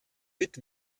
fit